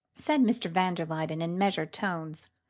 said mr. van der luyden in measured tones,